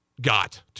got